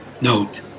note